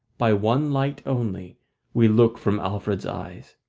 by one light only we look from alfred's eyes,